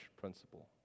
principle